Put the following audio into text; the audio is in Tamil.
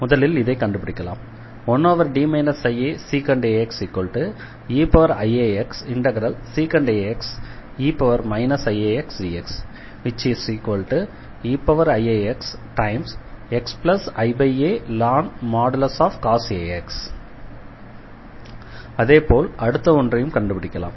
முதலில் இதை கண்டுபிடிக்கலாம் 1D iasec ax eiaxsec ax e iaxdx eiaxxialn cos ax அதே போல் அடுத்த ஒன்றையும் கண்டுபிடிக்கலாம்